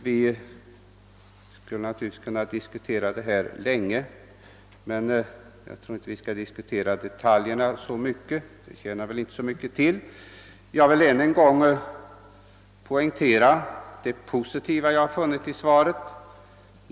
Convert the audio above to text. Vi skulle naturligtvis kunna diskutera detta länge, men jag tror inte jag skall gå in på fler detaljer; det tjänar väl inte så mycket till. Jag vill ännu en gång poängtera det positiva jag har funnit i svaret.